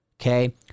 Okay